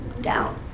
Down